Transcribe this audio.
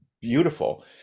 beautiful